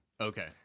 okay